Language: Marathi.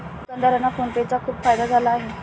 दुकानदारांना फोन पे चा खूप फायदा झाला आहे